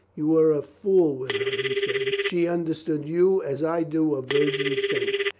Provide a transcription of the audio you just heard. you were a fool with her, he said. she understood you as i do a virgin saint.